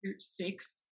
six